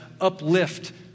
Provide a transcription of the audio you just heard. uplift